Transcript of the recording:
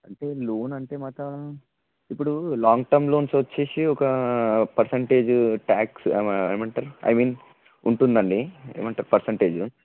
అంటే లోన్ అంటే అన్నమాట ఇప్పుడు లాంగ్ టర్మ్ లోన్స్ వచ్చి ఒక పర్సంటేజ్ ట్యాక్స్ ఏమ ఏమంటారు ఐమీన్ ఉంటుంది అండి ఏమంటారు పర్సంటేజ్